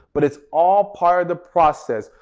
but it's all part of the process.